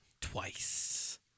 twice